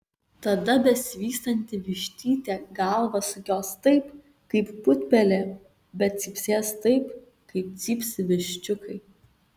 tada besivystanti vištytė galvą sukios taip kaip putpelė bet cypsės taip kaip cypsi viščiukai